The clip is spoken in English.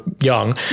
young